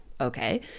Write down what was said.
okay